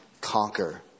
conquer